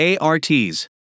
ARTs